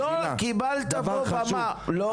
לא קיבלת פה במה --- אם